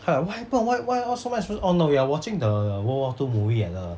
like what happened why why all so much oh no we are watching the world war two movie at the